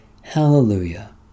Hallelujah